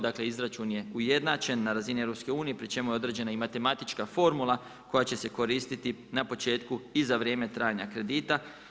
Dakle, izračun je ujednačen na razini EU pri čemu je određena i matematička formula koja će se koristiti na početku i za vrijeme trajanja kredita.